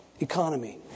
Economy